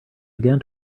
began